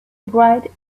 bright